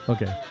Okay